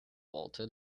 bolted